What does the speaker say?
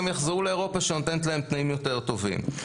הם יחזרו לאירופה שנותנת להם תנאים יותר טובים,